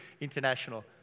International